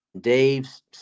Dave's